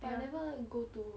but I never go to